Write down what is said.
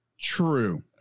true